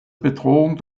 bedrohung